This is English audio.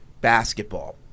basketball